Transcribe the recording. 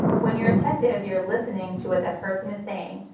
when you're attentive, you're listening to what the person is saying.